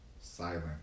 silent